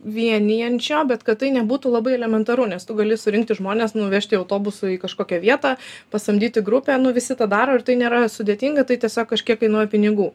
vienijančio bet kad tai nebūtų labai elementaru nes tu gali surinkti žmones nuvežti autobusu į kažkokią vietą pasamdyti grupę nu visi tą daro ir tai nėra sudėtinga tai tiesiog kažkiek kainuoja pinigų